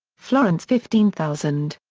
florence fifteen thousand.